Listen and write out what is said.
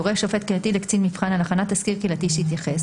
יורה שופט קהילתי לקצין מבחן על הכנת תסקיר קהילתי שיתייחס,